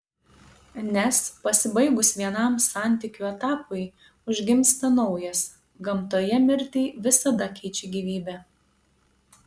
nes pasibaigus vienam santykių etapui užgimsta naujas gamtoje mirtį visada keičia gyvybė